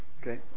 Okay